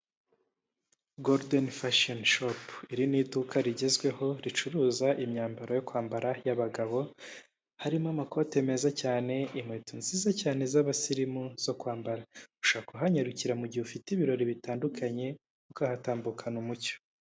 Gorudeni fashoni shopu, iri ni iduka rigezweho ricuruza imyambaro yo kwambara y'abagabo harimo amakote meza cyane inkweto nziza cyane z'abasirimu zo kwambara, ushobora kuhanyarukira mu gihe ufite ibirori bitandukanye ukahatambukana umucyo.